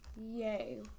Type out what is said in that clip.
Yay